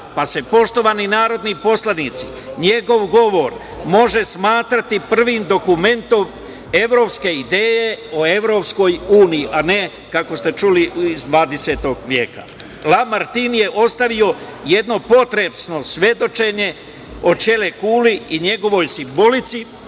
pa se poštovani narodni poslanici njegov govor može smatrati prvim dokumentom evropske ideje o Evropskoj uniji, a ne kako ste čuli iz 20. veka. La Martin je ostavio jedno potresno svedočenje o Ćele kuli i njegovoj simbolici.